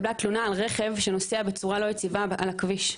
על רכב שנוסע בצורה בלתי יציבה על הכביש.